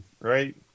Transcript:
right